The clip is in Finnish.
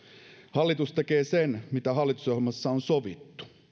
hallitus tekee sen mitä hallitusohjelmassa on sovittu